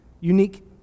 unique